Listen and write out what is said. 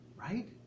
right